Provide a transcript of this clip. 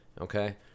Okay